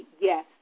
yes